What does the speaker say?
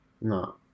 no